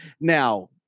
Now